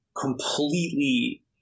completely